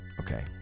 Okay